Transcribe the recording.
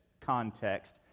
context